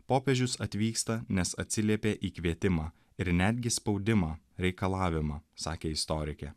popiežius atvyksta nes atsiliepė į kvietimą ir netgi spaudimą reikalavimą sakė istorikė